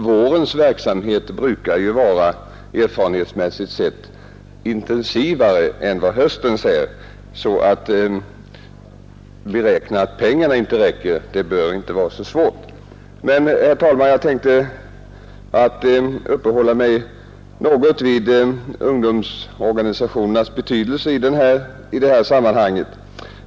Vårens verksamhet brukar ju erfarenhetsmässigt sett vara intensivare än höstens, så att beräkna att pengarna inte räcker bör inte vara så svårt. Men, herr talman, jag tänkte uppehålla mig något vid ungdomsorganisationernas betydelse i detta sammanhang.